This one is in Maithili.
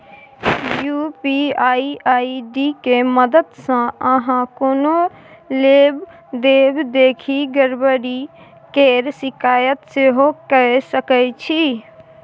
यू.पी.आइ आइ.डी के मददसँ अहाँ कोनो लेब देब देखि गरबरी केर शिकायत सेहो कए सकै छी